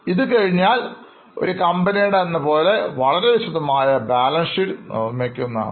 ഇതുകഴിഞ്ഞാൽ ഒരു കമ്പനിയുടെ എന്നപോലെ വളരെ വിശദമായ ഒരു ബാലൻസ് ഷീറ്റ് നിർമിക്കുന്നതാണ്